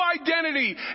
identity